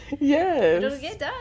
Yes